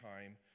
time